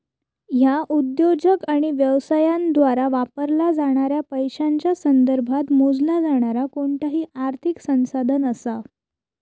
ह्या उद्योजक आणि व्यवसायांद्वारा वापरला जाणाऱ्या पैशांच्या संदर्भात मोजला जाणारा कोणताही आर्थिक संसाधन असा